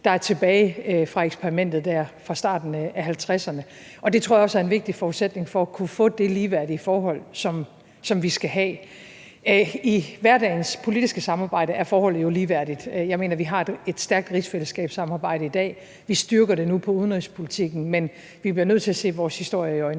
der er tilbage fra eksperimentet der fra starten af 1950'erne. Det tror jeg også er en vigtig forudsætning for at kunne få det ligeværdige forhold, som vi skal have. I hverdagens politiske samarbejde er forholdet jo ligeværdigt. Jeg mener, at vi har et stærkt rigsfællesskabssamarbejde i dag, og vi styrker det nu på udenrigspolitikken, men vi bliver nødt til at se vores historie i øjnene.